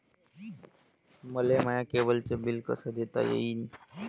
मले माया केबलचं बिल कस देता येईन?